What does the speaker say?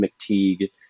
McTeague